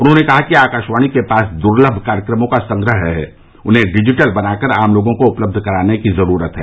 उन्होंने कहा कि आकाशवाणी के पास दुर्लभ कार्यक्रमों का संग्रह है उन्हें डिजिटल बनाकर आम लोगों को उपलब्ध कराने की जरूरत है